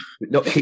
No